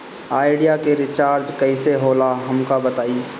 Idea के recharge कईसे होला हमका बताई?